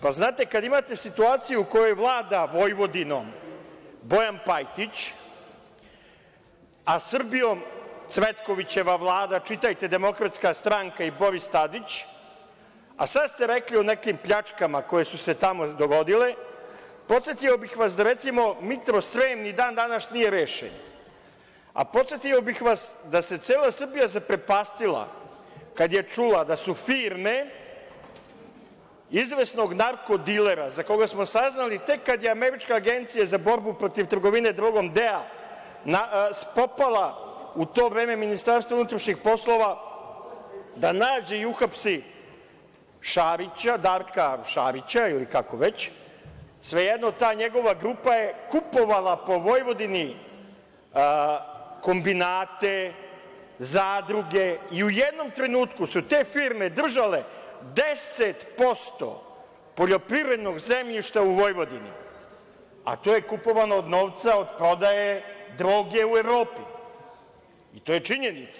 Pa, znate, kada imate situaciju u kojoj vlada Vojvodinom Bojan Pajtić, a Srbijom Cvetkovićeva vlada, čitajte - DS i Boris Tadić, a sada ste rekli o nekim pljačkama koje su se tamo dogodile, podsetio bih vas da, recimo, „Mitrosrem“ i dan danas nije rešen, a podsetio bih vas da se cela Srbija zaprepastila kada je čula da su firme izvesnog narko-dilera, za koga smo saznali tek kada je američka Agencija za borbu protiv trgovine drogom DEA spopala u to vreme Ministarstvo unutrašnjih poslova da nađe i uhapsi Šarića, Darka Šarića ili kako već, svejedno, ta njegova grupa je kupovala po Vojvodini kombinate, zadruge i u jednom trenutku su te firme držale 10% poljoprivrednog zemljišta u Vojvodini, a to je kupovano od novca od prodaje droge u Evropi i to je činjenica.